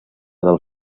del